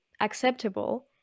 acceptable